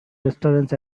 restaurants